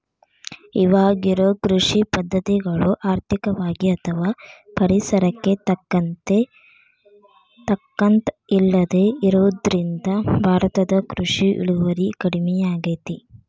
ಇವಾಗಿರೋ ಕೃಷಿ ಪದ್ಧತಿಗಳು ಆರ್ಥಿಕವಾಗಿ ಅಥವಾ ಪರಿಸರಕ್ಕೆ ತಕ್ಕಂತ ಇಲ್ಲದೆ ಇರೋದ್ರಿಂದ ಭಾರತದ ಕೃಷಿ ಇಳುವರಿ ಕಡಮಿಯಾಗೇತಿ